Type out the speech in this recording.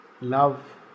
love